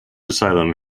asylum